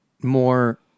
more